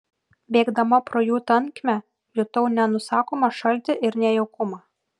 bėgdama pro jų tankmę jutau nenusakomą šaltį ir nejaukumą